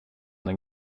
den